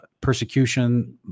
persecution